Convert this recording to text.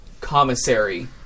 commissary